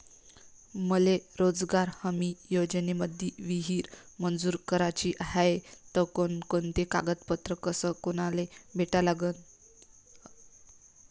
मले रोजगार हमी योजनेमंदी विहीर मंजूर कराची हाये त कोनकोनते कागदपत्र अस कोनाले भेटा लागन?